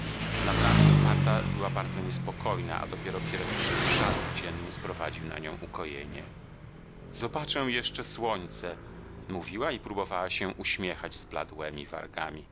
ranem marta była bardzo niespokojna a dopiero pierwszy brzask dzienny sprowadził na nią ukojenie zobaczę jeszcze słońce mówiła i próbowała się uśmiechać zbladłemi wargami